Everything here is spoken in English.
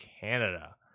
Canada